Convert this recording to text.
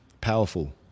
Powerful